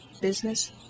business